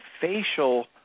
facial